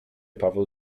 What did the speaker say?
paweł